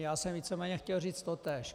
Já jsem víceméně chtěl říct totéž.